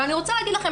אני רוצה להגיד לכם,